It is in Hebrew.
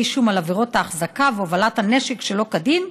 אישום על עבירות ההחזקה והובלת הנשק שלא כדין,